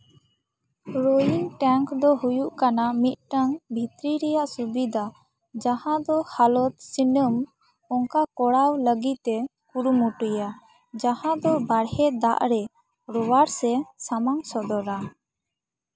rowing tank ᱫᱚ ᱦᱩᱭᱩᱜ ᱠᱟᱱᱟ ᱢᱤᱫᱴᱟᱝ ᱵᱷᱤᱛᱨᱤ ᱨᱮᱭᱟᱜ ᱥᱩᱵᱤᱫᱷᱟ ᱡᱟᱦᱟᱸ ᱫᱚ ᱦᱟᱞᱚᱛ ᱫᱤᱱᱟᱹᱢ ᱚᱱᱠᱟ ᱠᱚᱨᱟᱣ ᱞᱟᱹᱜᱤᱫ ᱛᱮ ᱠᱩᱨᱩᱢᱩᱴᱩᱭᱟ ᱡᱟᱦᱟᱸ ᱫᱚ ᱵᱟᱨᱦᱮ ᱫᱟᱜ ᱨᱮ ᱨᱳᱣᱟᱨ ᱥᱮ ᱥᱟᱢᱟᱝ ᱥᱚᱫᱚᱨᱟ